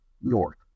north